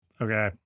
Okay